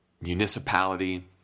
municipality